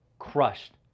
crushed